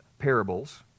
Parables